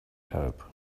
help